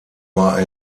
war